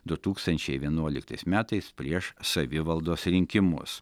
du tūkstančiai vienuoliktais metais prieš savivaldos rinkimus